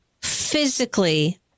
physically